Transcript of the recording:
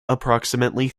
approximately